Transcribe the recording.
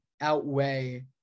outweigh